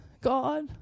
God